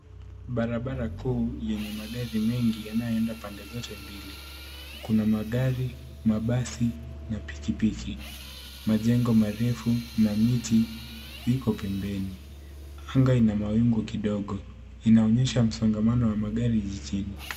Barabara kuu yenye magari mengi yanayoenda pande zote mbili. Kuna magari, mabasi na pikipiki. Majengo marefu na miti iko pembeni. Anga ina mawingu kidogo. Inaonyesha msongamano wa magari jijini.